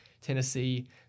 Tennessee